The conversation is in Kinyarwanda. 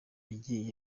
yagiye